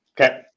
Okay